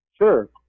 Sure